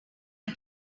why